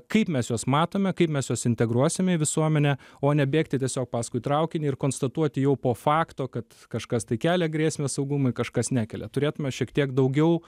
kaip mes juos matome kaip mes juos integruosime į visuomenę o ne bėgti tiesiog paskui traukinį ir konstatuoti jau po fakto kad kažkas tai kelia grėsmę saugumui kažkas nekelia turėtume šiek tiek daugiau